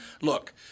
Look